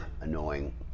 annoying